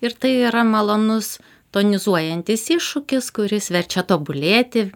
ir tai yra malonus tonizuojantis iššūkis kuris verčia tobulėti